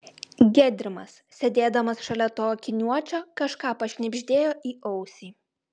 gedrimas sėdėdamas šalia to akiniuočio kažką pašnibždėjo į ausį